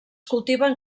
cultiven